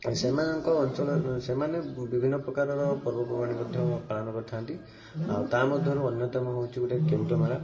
ଆଉ ସେମାନଙ୍କ ଅଞ୍ଚଳ ସେମାନେ ବିଭିନ୍ନ ପ୍ରକାରର ପର୍ବପର୍ବାଣି ମଧ୍ୟ ପାଳନ କରିଥାନ୍ତି ଆଉ ତା ମଧ୍ୟରୁ ଅନ୍ୟତମ ହେଉଛି ଗୋଟେ କେଉଁଟ ମେଳା